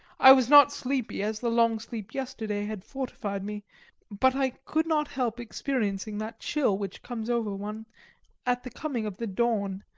i was not sleepy, as the long sleep yesterday had fortified me but i could not help experiencing that chill which comes over one at the coming of the dawn,